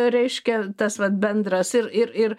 reiškia tas vat bendras ir ir ir